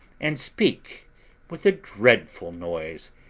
and speak with a dreadful noise,